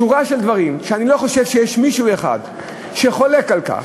שורה של דברים שאני לא חושב שיש מישהו אחד שחולק על כך.